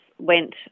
Went